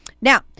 Now